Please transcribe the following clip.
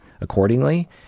accordingly